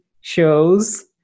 shows